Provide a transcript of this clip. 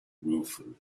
ruefully